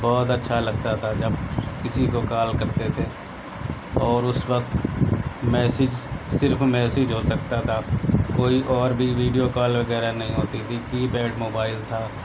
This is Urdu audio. بہت اچھا لگتا تھا جب کسی کو کال کرتے تھے اور اس وقت میسیج صرف میسیج ہو سکتا تھا کوئی اور بھی ویڈیو کال وغیرہ نہیں ہوتی تھی کی پیڈ موبائل تھا